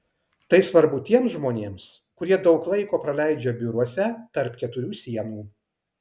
tai svarbu tiems žmonėms kurie daug laiko praleidžia biuruose tarp keturių sienų